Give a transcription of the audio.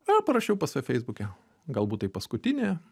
na parašiau pas save feisbuke galbūt tai paskutinė